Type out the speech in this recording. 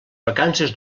vacances